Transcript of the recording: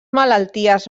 malalties